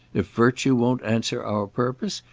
if virtue won't answer our purpose,